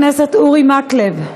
חבר הכנסת אורי מקלב.